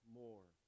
more